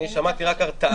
אני שמעתי רק הרתעה.